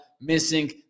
missing